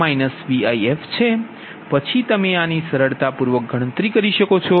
પછી તમે આની સરળતા પૂર્વક ગણતરી કરી શકો છો